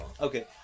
Okay